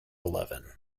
eleven